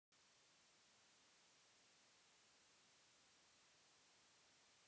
बाढ़ मे फसल के डुबले से कितना नुकसान हो सकेला?